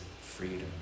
freedom